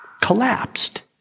collapsed